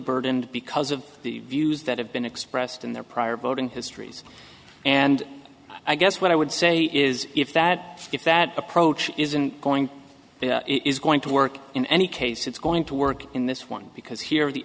burdened because of the views that have been expressed in their prior voting histories and i guess what i would say is if that if that approach isn't going it is going to work in any case it's going to work in this one because here the